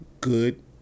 good